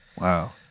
Wow